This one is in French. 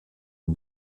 aux